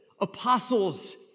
apostles